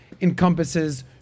encompasses